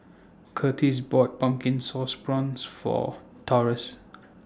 Kurtis bought Pumpkin Sauce Prawns For Taurus